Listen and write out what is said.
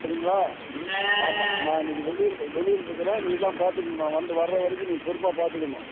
சரிங்களா ஆமாம் நான் இன்றைக்கு வெளியில் வெளியிலிருக்குறேன் நீ தான் பார்த்துக்கணும் நான் வந்து வர வரைக்கும் நீ பொறுப்பாக பார்த்துக்கணும்